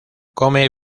come